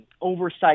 oversight